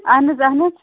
اَہَن حظ اَہَن حظ